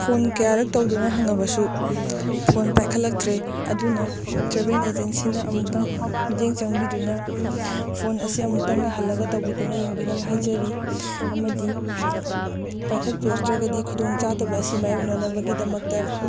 phone ꯀꯌꯥꯔꯛ ꯇꯧꯗꯨꯅ ꯍꯪꯉꯕꯁꯨ ꯐꯣꯟ ꯄꯥꯏꯈꯠꯂꯛꯇ꯭ꯔꯦ ꯑꯗꯨꯅ ꯇ꯭ꯔꯦꯕꯦꯟ ꯑꯦꯖꯦꯟꯁꯤꯅ ꯑꯃꯨꯛꯇꯪ ꯃꯤꯠꯌꯦꯡ ꯆꯪꯕꯤꯗꯨꯅ ꯐꯣꯟ ꯑꯁꯤ ꯑꯃꯨꯛꯇꯪꯒ ꯍꯜꯂꯒ ꯇꯧꯕꯤꯗꯨꯅ ꯌꯦꯡꯕꯤꯅꯕ ꯍꯥꯏꯖꯔꯤ ꯑꯃꯗꯤ ꯄꯥꯏꯈꯠꯄꯤꯔꯛꯇ꯭ꯔꯒꯗꯤ ꯈꯨꯗꯣꯡ ꯆꯗꯕ ꯑꯁꯤ ꯃꯥꯏꯌꯣꯛꯅꯅꯕꯒꯤꯗꯃꯛꯇ